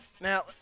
Now